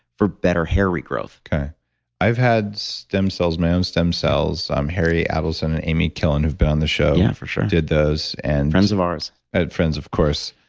for better hair regrowth i've had stem cells, my own stem cells. um harry adelson and amy killen, who've been on the show. yeah for sure. did those and friends of ours friends of course.